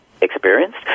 experienced